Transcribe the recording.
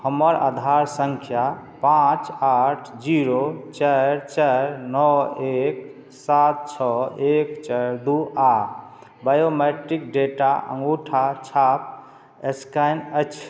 हमर आधार सङ्ख्या पाँच आठ जीरो चारि चारि नओ एक सात छओ एक चारि दू आ बायोमेट्रिक डेटा अंगूठा छाप स्कैन अछि